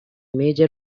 major